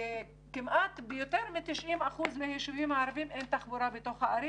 כמעט ביותר מ-90% מהישובים הערביים אין תחבורה בתוך הערים